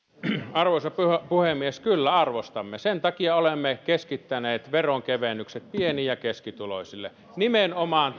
arvoisa puhemies kyllä arvostamme sen takia olemme keskittäneet veronkevennykset pieni ja keskituloisille nimenomaan